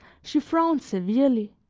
she frowned severely